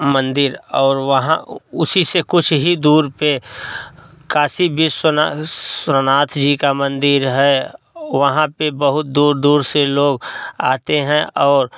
मंदिर और वहाँ उसी से कुछ ही दूर पे काशी विश्वनाथ जी का मंदिर है वहाँ पर बहुत दूर दूर दे लोग आते हैं और